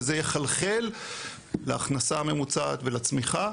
וזה יחלחל להכנסה הממוצעת ולצמיחה,